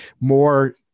more